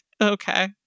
Okay